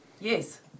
Yes